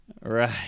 Right